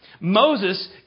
Moses